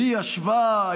ישבה,